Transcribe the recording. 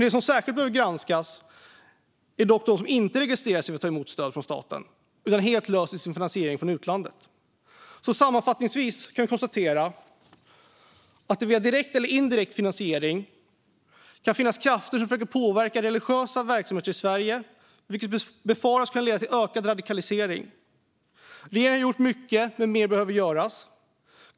De som särskilt behöver granskas är dock de som inte registrerar sig för att ta emot stöd från staten utan helt löser sin finansiering från utlandet. Sammanfattningsvis kan vi konstatera att det via direkt eller indirekt finansiering kan finnas krafter som försöker påverka religiösa verksamheter i Sverige, vilket befaras kunna leda till ökad radikalisering. Regeringen har gjort mycket, men mer behöver göras.